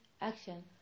action